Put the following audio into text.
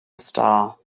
stall